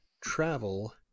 travel